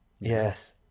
Yes